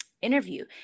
interview